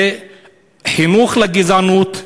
זה חינוך לגזענות,